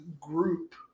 group